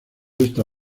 esta